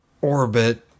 orbit